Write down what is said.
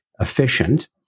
efficient